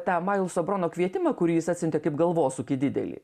tą mailso brono kvietimą kurį jis atsiuntė kaip galvosūkį didelį